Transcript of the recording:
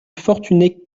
fortuné